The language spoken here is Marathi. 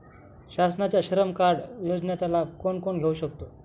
शासनाच्या श्रम कार्ड योजनेचा लाभ कोण कोण घेऊ शकतो?